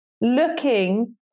looking